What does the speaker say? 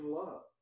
love